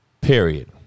Period